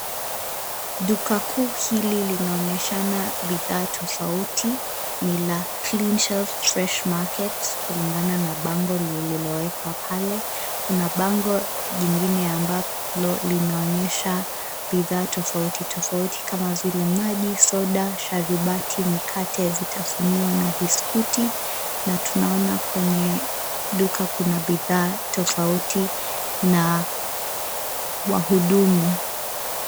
Duka kuu hili linaonyeshana bidhaa tofauti. Ni la Cleanshelf Fresh Market, kulingana na bango lililowekwa pale. Kuna bango jingine ambalo linaonyesha, bidhaa tofauti tofauti kama vile: maji, soda, sharubati, mikate ya vitafunio, na biskuti. Na tunaona kwenye duka, kuna bidhaa tofauti, na wahudumu.